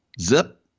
Zip